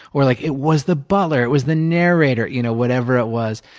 or like, it was the butler. it was the narrator, you know whatever it was.